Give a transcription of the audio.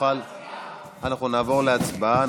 נעבור להצבעה.